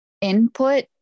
input